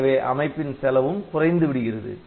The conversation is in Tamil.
எனவே அமைப்பின் செலவும் குறைந்து விடுகிறது